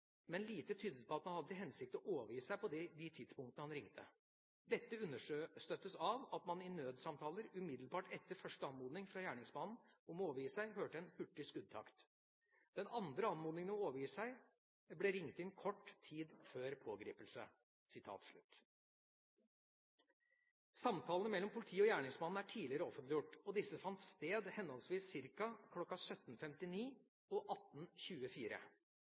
men lite tydet på at han hadde til hensikt og overgi seg på de tidspunktene han ringte. Dette understøttes av at man i nødsamtaler umiddelbart etter første anmodning fra gjerningsmannen om å overgi seg, hører en hurtig skuddtakt. Den andre anmodningen om å overgi seg ble ringt inn kort tid før pågripelsen.» Samtalene mellom politiet og gjerningsmannen er tidligere offentliggjort, og disse fant sted henholdsvis ca. kl. 17.59 og